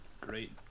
great